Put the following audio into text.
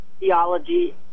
theology